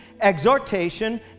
exhortation